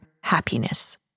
happiness